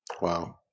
Wow